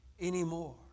anymore